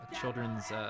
Children's